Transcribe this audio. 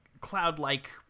cloud-like